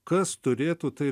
kas turėtų tai